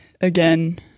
again